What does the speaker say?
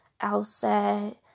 outside